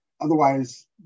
Otherwise